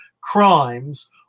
crimes